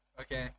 Okay